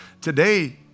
Today